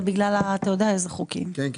זה בגלל חוקים אחרים.